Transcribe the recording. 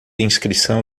inscrição